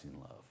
love